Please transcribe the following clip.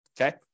Okay